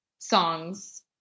songs